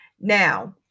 now